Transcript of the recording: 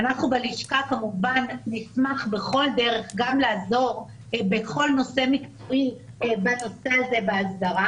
בלשכה כמובן נשמח בכל דרך גם לעזור בכל נושא מקצועי בנושא הזה בהסדרה.